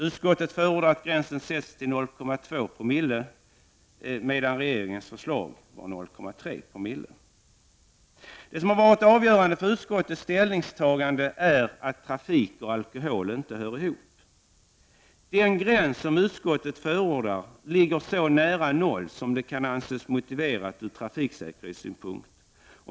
Utskottet förordar att gränsen sätts till 0,2 Je, och regeringens förslag är 0,3 Joo. Avgörande för utskottets ställningstagande har varit att trafik och alkohol inte hör ihop. Den gräns som utskottet förordar ligger så nära noll som kan anses motiverat ur trafiksäkerhetssynpunkt.